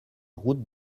route